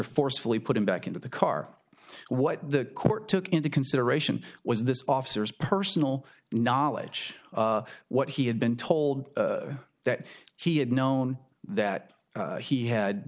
forcefully put him back into the car what the court took into consideration was this officer is personal knowledge of what he had been told that he had known that he had